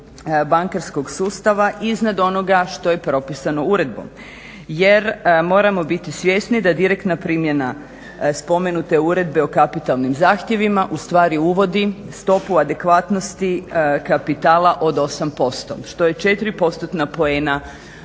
bankarskog sustava iznad onoga što je propisano uredbom jer moramo biti svjesni da direktna primjena spomenute Uredbe o kapitalnim zahtjevima ustvari uvodi stopu adekvatnosti kapitala od 8% što je 4%-tna poena niže od